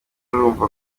urumva